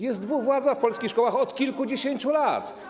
Jest dwuwładza w polskich szkołach od kilkudziesięciu lat.